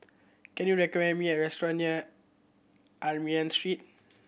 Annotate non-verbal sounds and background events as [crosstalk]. can you recommend me a restaurant near [unintelligible] Street